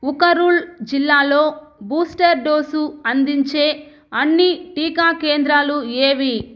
ఉఖరూల్ జిల్లాలో booster dose అందించే అన్ని టీకా కేంద్రాలు ఏవి